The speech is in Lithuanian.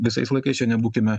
visais laikais čia nebūkime